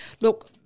Look